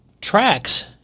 tracks